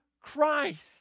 Christ